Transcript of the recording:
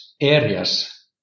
areas